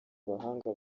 abahanga